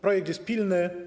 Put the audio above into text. Projekt jest pilny.